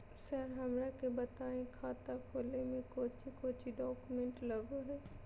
Sir हमरा के बताएं खाता खोले में कोच्चि कोच्चि डॉक्यूमेंट लगो है?